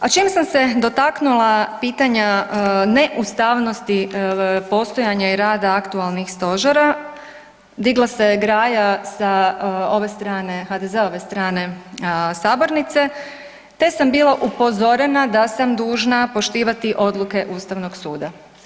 A čim sam se dotaknula pitanja neustavnosti postojanja i rada aktualnih stožera, digla se graja sa ove strane HDZ-ove strane sabornice te sam bila upozorena da sam dužna poštivati odluke Ustavnog suda.